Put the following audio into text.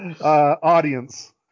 audience